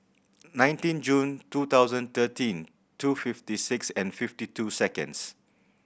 nineteen June two thousand thirteen two fifty six and fifty two seconds